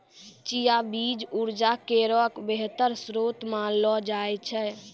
चिया बीज उर्जा केरो बेहतर श्रोत मानलो जाय छै